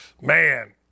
Man